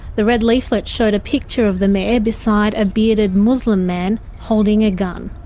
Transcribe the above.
the red leaflet showed a picture of the mayor beside a bearded muslim man holding a gun.